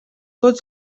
tots